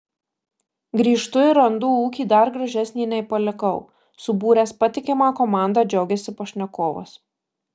grįžtu ir randu ūkį dar gražesnį nei palikau subūręs patikimą komandą džiaugiasi pašnekovas